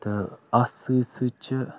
تہٕ اَتھ سۭتۍ سۭتۍ چھِ